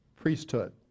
priesthood